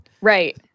Right